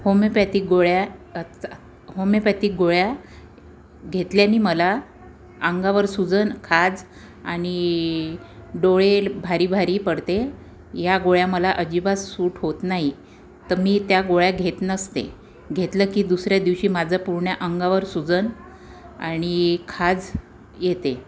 homeopathic गोळ्या homeopathic गोळ्या घेतल्याने मला अंगावर सुजन खाज आणि डोळे भारी भारी पडते या गोळ्या मला अजिबात सूट होत नाहीत तर मी त्या गोळ्या घेत नसते घेतलं की दुसऱ्या दिवशी माझं पूर्ण अंगावर सुजन आणि खाज येते